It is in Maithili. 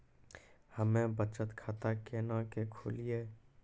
हम्मे बचत खाता केना के खोलियै?